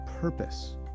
purpose